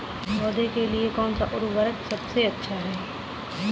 पौधों के लिए कौन सा उर्वरक सबसे अच्छा है?